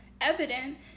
evident